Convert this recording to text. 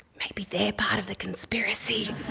maybe they're part of the conspiracy.